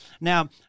now